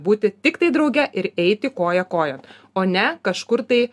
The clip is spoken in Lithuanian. būti tiktai drauge ir eiti koja kojon o ne kažkur tai